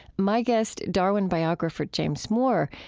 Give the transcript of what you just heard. my guest, darwin biographer james moore,